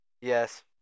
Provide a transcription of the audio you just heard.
Yes